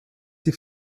die